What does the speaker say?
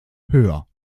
höher